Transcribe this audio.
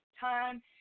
time